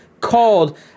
called